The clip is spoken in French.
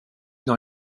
dans